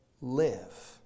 live